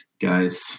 Guys